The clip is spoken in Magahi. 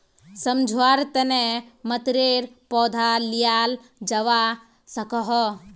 सम्झुआर तने मतरेर पौधा लियाल जावा सकोह